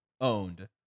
owned